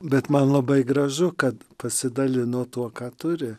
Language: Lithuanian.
bet man labai gražu kad pasidalino tuo ką turi